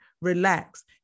relax